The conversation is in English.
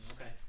Okay